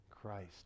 Christ